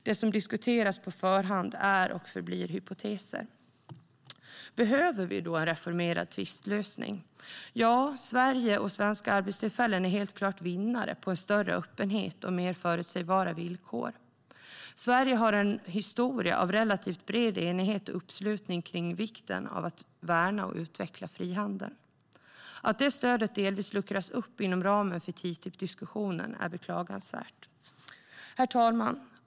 Det som diskuteras på förhand är och förblir hypoteser. Behöver vi en reformerad tvistlösning? Ja, Sverige och svenska arbetstillfällen är helt klart vinnare på en större öppenhet och mer förutsägbara villkor. Sverige har en historia av relativt bred enighet och uppslutning kring vikten av att värna och utveckla frihandeln. Att det stödet delvis luckras upp inom ramen för TTIP-diskussionen är beklagansvärt. Herr talman!